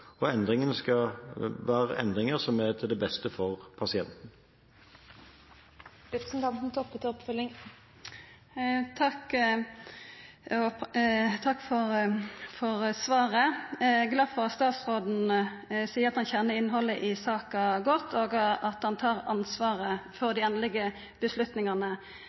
til det beste for pasienten. Takk for svaret. Eg er glad for at statsråden seier at han kjenner innhaldet i saka godt, og at han tar ansvaret for dei endelege